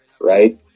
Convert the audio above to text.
right